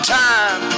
time